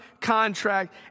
contract